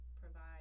provide